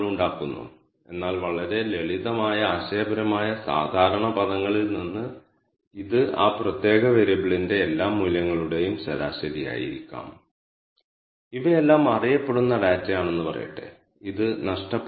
ഇപ്പോൾ ഒബ്ജക്റ്റിലുള്ള ഒബ്ജക്റ്റിന്റെയും വേരിയബിളുകളുടെയും ടൈപ്പും അവയുടെ ഡാറ്റ ടൈപ്പും സ്ട്രക്ച്ചർ നിങ്ങൾക്ക് നൽകുന്നു